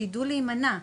שידעו להימנע,